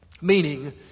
meaning